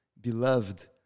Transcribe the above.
beloved